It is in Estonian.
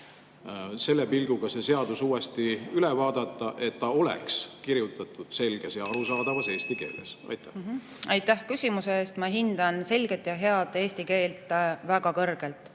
selle pilguga see seadus uuesti üle vaadata, et ta oleks kirjutatud selges ja arusaadavas eesti keeles? Aitäh küsimuse eest! Ma hindan selget ja head eesti keelt väga kõrgelt.